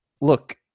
look